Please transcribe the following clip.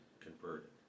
converted